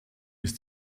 ist